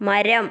മരം